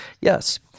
Yes